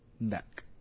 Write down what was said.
back